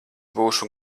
būšu